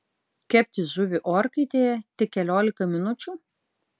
kepti žuvį orkaitėje tik keliolika minučių